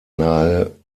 nahe